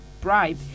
bribe